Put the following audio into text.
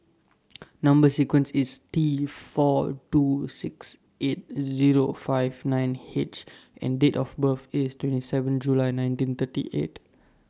Number sequence IS T four two six eight Zero five nine H and Date of birth IS twenty seven July nineteen thirty eight